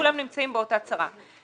כולם נמצאים באותה צרה.